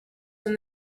when